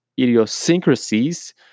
idiosyncrasies